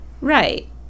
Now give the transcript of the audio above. Right